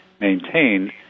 maintained